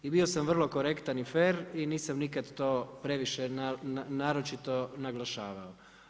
I bio sam vrlo korektan i fer i nisam nikada to previše naročito naglašavao.